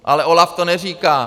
Ale OLAF to neříká.